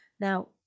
now